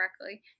correctly